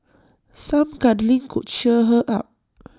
some cuddling could cheer her up